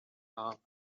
now